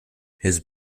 his